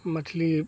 मछली